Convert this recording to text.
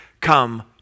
Come